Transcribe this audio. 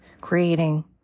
creating